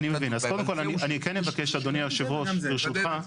אני כן אבקש אדוני יושב הראש, ברשותך.